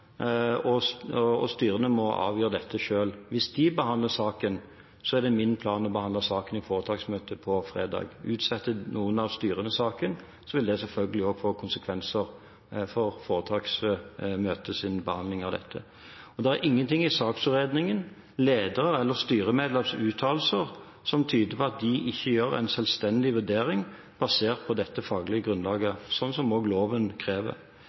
og styrene må avgjøre dette selv. Hvis de behandler saken, er det min plan å behandle saken i foretaksmøtet på fredag. Utsetter noen av styrene saken, vil det selvfølgelig få konsekvenser for foretaksmøtets behandling av dette. Det er ingenting i saksutredningen, ledere eller styremedlemmers uttalelser som tyder på at de ikke gjør en selvstendig vurdering basert på dette faglige grunnlaget, som også loven krever.